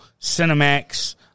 Cinemax